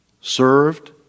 served